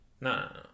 No